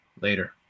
later